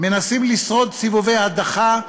מנסים לשרוד סיבובי הדחה,